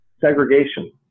segregation